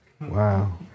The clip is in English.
Wow